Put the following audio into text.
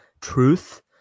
truth